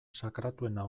sakratuena